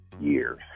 years